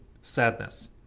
sadness